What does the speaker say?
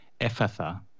Ephatha